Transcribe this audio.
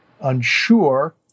unsure